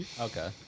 Okay